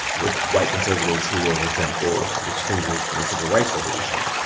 with white conservatives who were resentful of the changes from the civil rights revolution.